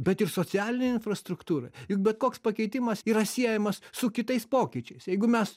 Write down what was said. bet ir socialinei infrastruktūrai juk bet koks pakeitimas yra siejamas su kitais pokyčiais jeigu mes